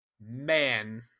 man